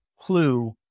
clue